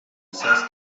south